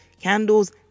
candles